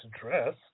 dress